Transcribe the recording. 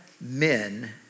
men